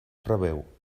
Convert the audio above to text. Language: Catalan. preveu